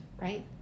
right